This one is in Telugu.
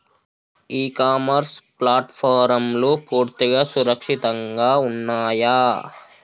ఇ కామర్స్ ప్లాట్ఫారమ్లు పూర్తిగా సురక్షితంగా ఉన్నయా?